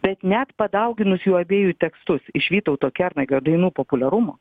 bet net padauginus jų abiejų tekstus iš vytauto kernagio dainų populiarumo